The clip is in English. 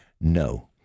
No